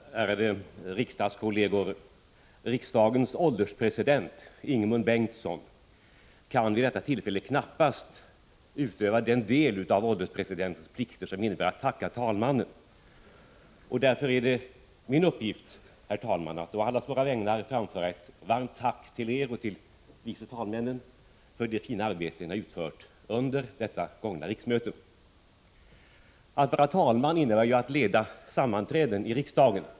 Herr talman, ärade riksdagskolleger! Riksdagens ålderspresident, Ingemund Bengtsson, kan vid detta tillfälle knappast utöva den del av ålderspresidentens plikter som innebär att tacka talmannen. Därför är det min uppgift, herr talman, att å allas våra vägnar framföra ett varmt tack till Er och vice talmännen för det fina arbete Ni utfört under detta gångna riksmöte. Att vara talman innebär att leda sammanträden i riksdagen.